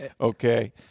okay